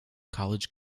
college